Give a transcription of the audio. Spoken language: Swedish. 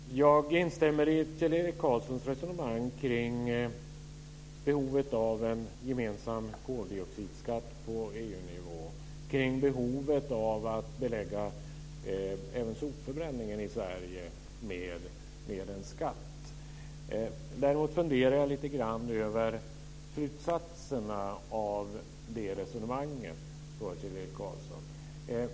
Herr talman! Jag instämmer i Kjell-Erik Karlssons resonemang kring behovet av en gemensam koldioxidskatt på EU-nivå, kring behovet av att belägga även sopförbränningen i Sverige med en skatt. Däremot funderar jag lite grann över slutsatserna i Kjell-Erik Karlssons resonemang.